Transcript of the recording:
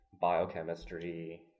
biochemistry